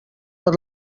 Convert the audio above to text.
per